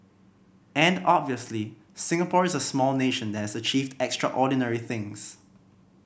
and obviously Singapore is a small nation that has achieved extraordinary things